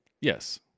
Yes